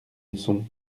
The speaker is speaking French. leçons